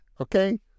Okay